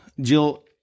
Jill